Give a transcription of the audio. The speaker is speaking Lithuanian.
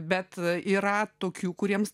bet yra tokių kuriems